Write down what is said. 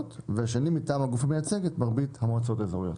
והשני מטעם הגוף המייצג את מרבית המועצות האזוריות.